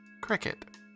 cricket